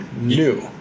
new